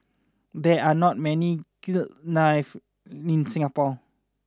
there are not many kilns knife in Singapore